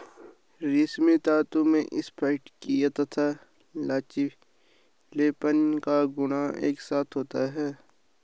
रेशमी तंतु में स्फटिकीय तथा लचीलेपन का गुण एक साथ होता है